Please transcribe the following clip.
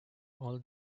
all